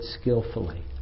skillfully